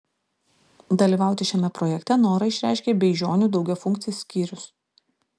dalyvauti šiame projekte norą išreiškė beižionių daugiafunkcis skyrius